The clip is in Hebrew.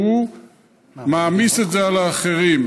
והוא מעמיס את זה על האחרים.